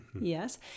Yes